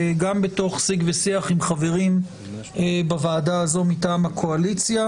גם בתוך שיג ושיח עם חברים בוועדה הזאת מטעם הקואליציה,